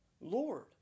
Lord